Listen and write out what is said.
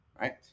right